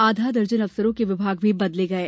आधा दर्जन अफसरों के विभाग भी बदले गये